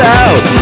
out